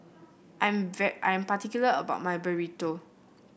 I am I am particular about my Burrito